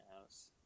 house